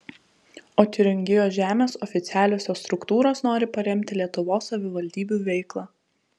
o tiūringijos žemės oficialiosios struktūros nori paremti lietuvos savivaldybių veiklą